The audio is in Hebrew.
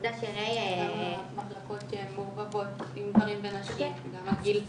כמה מחלקות שהן מעורבבות לגברים ונשים, וגם הגיל,